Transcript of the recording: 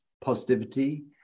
positivity